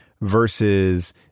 versus